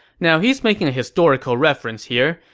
now he is making a historical reference here,